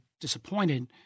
disappointed